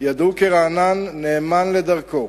ידעו כי רענן נאמן לדרכו